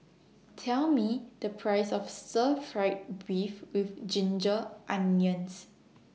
Tell Me The Price of Stir Fried Beef with Ginger Onions